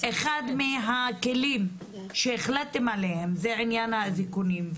אחד מהכלים שהחלטתם עליהם זה עניין האזיקונים,